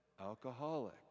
alcoholic